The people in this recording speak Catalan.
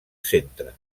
centre